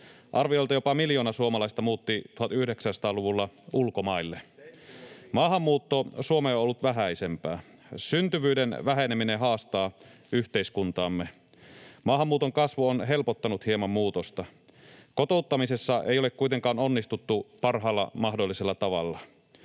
Arviolta jopa miljoona suomalaista muutti 1900-luvulla ulkomaille. Maahanmuutto Suomeen on ollut vähäisempää. Syntyvyyden väheneminen haastaa yhteiskuntaamme. Maahanmuuton kasvu on helpottanut hieman muutosta. Kotouttamisessa ei ole kuitenkaan onnistuttu parhaalla mahdollisella tavalla.